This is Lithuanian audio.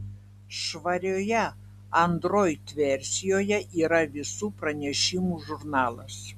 švarioje android versijoje yra visų pranešimų žurnalas